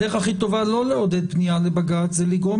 הדרך הכי טובה לא לעודד פנייה לבג"ץ זה לגרום